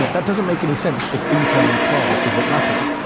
that doesn't make any sense if income and class is what matters.